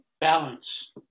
Balance